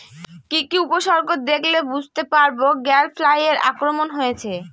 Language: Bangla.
কি কি উপসর্গ দেখলে বুঝতে পারব গ্যাল ফ্লাইয়ের আক্রমণ হয়েছে?